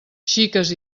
xiques